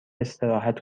استراحت